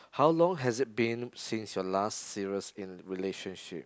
how long has it been since your last serious in relationship